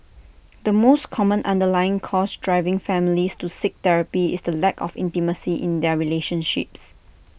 the most common underlying cause driving families to seek therapy is the lack of intimacy in their relationships